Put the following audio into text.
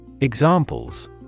Examples